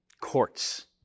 courts